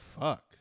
Fuck